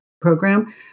program